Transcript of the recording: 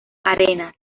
arenas